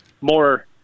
more